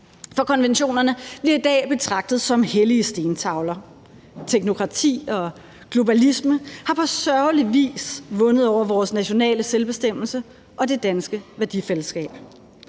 For konventionerne bliver i dag betragtet som hellige stentavler. Teknokrati og globalisme har på sørgelig vis vundet over vores nationale selvbestemmelse og det danske værdifællesskab.